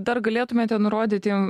dar galėtumėte nurodyti